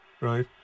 right